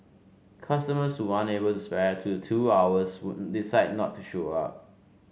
customers who aren't able to spare the two hours would decide not to show up